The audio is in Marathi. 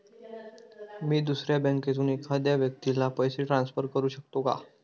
मी दुसऱ्या बँकेतून एखाद्या व्यक्ती ला पैसे ट्रान्सफर करु शकतो का?